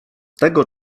tego